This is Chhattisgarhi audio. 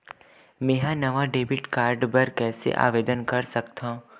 मेंहा नवा डेबिट कार्ड बर कैसे आवेदन कर सकथव?